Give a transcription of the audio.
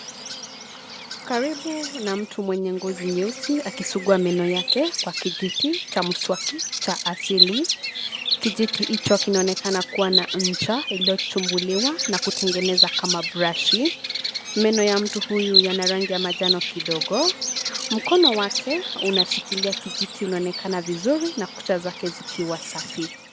Karibu na mtu mwenye ngozi nyeusi akisugua meno yake kwa kijiti cha mswaki cha asili, kijiti hicho kinaonekana kuwa na ncha iliyochumbuliwa na kutengeneza kama brashi. Meno ya mtu huyu yana rangi ya manjano kidogo, mkono wake unashikilia kijiti unaonekana vizuri na kucha zake zikiwa safi.